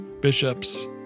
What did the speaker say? bishops